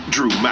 Drew